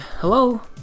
Hello